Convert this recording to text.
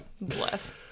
Bless